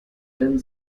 wenn